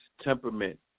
temperament